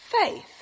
faith